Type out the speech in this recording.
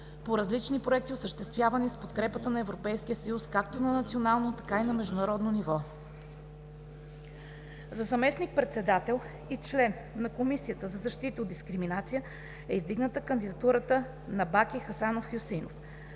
по различни проекти, осъществявани с подкрепата на Европейския съюз, както на национално, така и на международно ниво. За заместник-председател и член на Комисията за защита от дискриминацията е издигната кандидатурата на Баки Хасанов Хюсеинов.